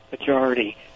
majority